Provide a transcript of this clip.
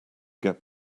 get